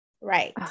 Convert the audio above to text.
Right